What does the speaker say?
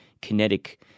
kinetic